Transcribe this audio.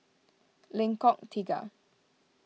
Lengkok Tiga